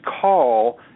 call